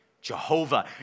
Jehovah